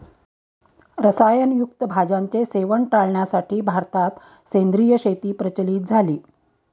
रसायन युक्त भाज्यांचे सेवन टाळण्यासाठी भारतात सेंद्रिय शेती प्रचलित झाली